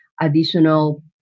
additional